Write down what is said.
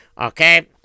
okay